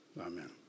Amen